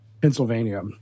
Pennsylvania